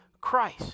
Christ